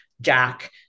Jack